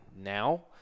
now